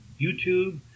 YouTube